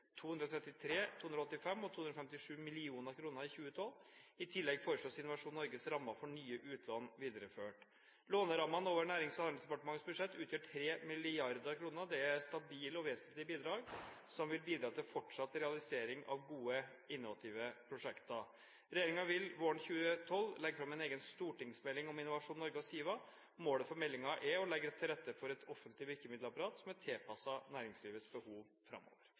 233 mill. kr, 285 mill. kr og 257 mill. kr i 2012. I tillegg foreslås Innovasjon Norges rammer for nye utlån videreført. Lånerammene over Nærings- og handelsdepartementets budsjett utgjør 3 mrd. kr. Dette er stabile og vesentlige bidrag som vil bidra til fortsatt realisering av gode innovative prosjekter. Regjeringen vil våren 2012 legge fram en egen stortingsmelding om Innovasjon Norge og SIVA. Målet for meldingen er å legge til rette for et offentlig virkemiddelapparat som er tilpasset næringslivets behov framover.